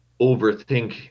overthink